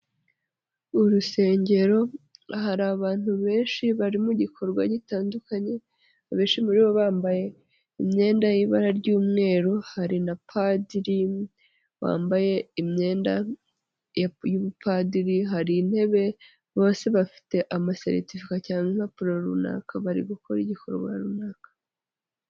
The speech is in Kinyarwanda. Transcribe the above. Urusengero hari abantu benshi bari mu gikorwa gitandukanye, abenshi muri bo bambaye imyenda y'ibara ry'umweru hari na padiri wambaye imyenda y'ubupadiri, hari intebe bose bafite amaseritifika cyangwa impapuro runaka bari gukora igikorwa runaka.